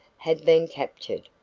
had been captured,